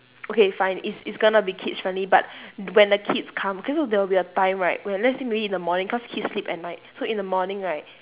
okay fine it's it's gonna be kids friendly but when the kids come okay so there will be a time right when let's say maybe in the morning cause kids sleep at night so in the morning right